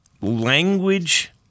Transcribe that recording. language